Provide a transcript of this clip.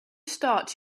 start